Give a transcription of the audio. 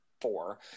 four